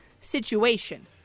situation